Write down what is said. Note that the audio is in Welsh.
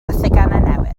theganau